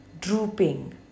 drooping